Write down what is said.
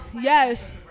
Yes